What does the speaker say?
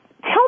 tell